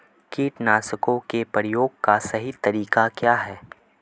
कीटनाशकों के प्रयोग का सही तरीका क्या है?